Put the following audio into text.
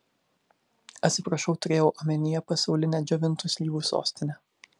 atsiprašau turėjau omenyje pasaulinę džiovintų slyvų sostinę